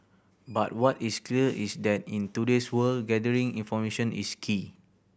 but what is clear is that in today's world gathering information is key